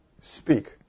speak